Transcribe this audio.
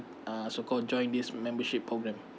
uh so called join this membership program